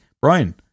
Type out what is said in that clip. brian